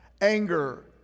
Anger